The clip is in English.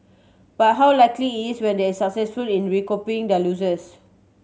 but how likely is it when they successful in recouping their losses